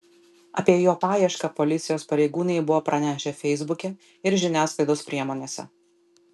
apie jo paiešką policijos pareigūnai buvo pranešę feisbuke ir žiniasklaidos priemonėse